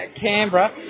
Canberra